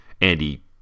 Andy